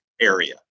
area